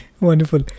Wonderful